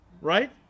right